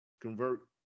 convert